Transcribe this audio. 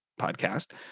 podcast